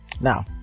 Now